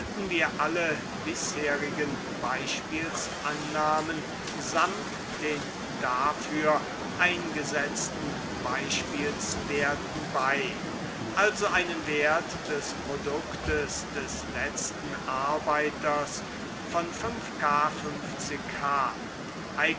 wir alle bisherigen beispielsannahmen samt den dafür eingesetzten beispielswerten bei also einen wert des produktes des letzten arbeiters von k h